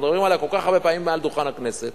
שמדברים עליה כל כך הרבה פעמים מעל דוכן הכנסת,